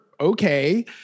Okay